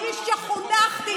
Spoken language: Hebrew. אני, שחונכתי